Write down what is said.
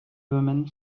women